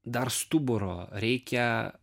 dar stuburo reikia